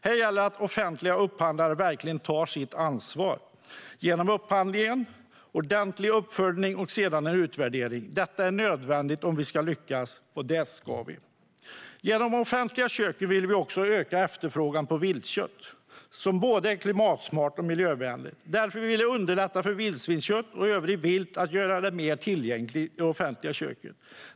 Här gäller det att offentliga upphandlare verkligen tar sitt ansvar i upphandlingen, med en ordentlig uppföljning och sedan en utvärdering. Detta är nödvändigt om vi ska lyckas - och det ska vi. Genom de offentliga köken vill vi också öka efterfrågan på viltkött, som är både klimatsmart och miljövänligt. Därför vill vi underlätta för att göra vildsvinskött och övrigt viltkött mer tillgängligt i de offentliga köken.